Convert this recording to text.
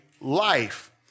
life